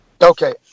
Okay